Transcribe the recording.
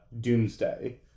doomsday